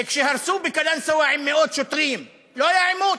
וכשהרסו בקלנסואה עם מאות שוטרים, לא היה עימות?